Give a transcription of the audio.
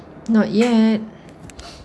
not yet